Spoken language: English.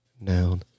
Noun